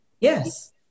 Yes